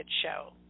Show